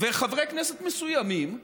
וחברי כנסת מסוימים הפכו,